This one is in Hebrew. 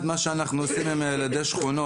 ארי תקשיב ארי תקשיב,